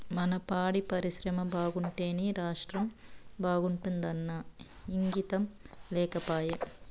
మన పాడి పరిశ్రమ బాగుంటేనే రాష్ట్రం బాగుంటాదన్న ఇంగితం లేకపాయే